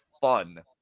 fun